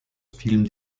filmed